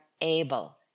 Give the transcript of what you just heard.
able